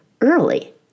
early